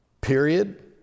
period